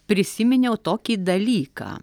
prisiminiau tokį dalyką